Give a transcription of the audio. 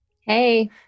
Hey